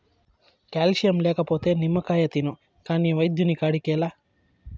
calcium లేకపోతే నిమ్మకాయ తిను కాని వైద్యుని కాడికేలా